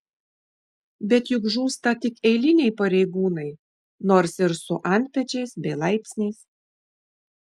bet juk žūsta tik eiliniai pareigūnai nors ir su antpečiais bei laipsniais